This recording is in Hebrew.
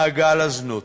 מעגל הזנות.